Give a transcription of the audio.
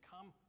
come